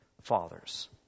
Fathers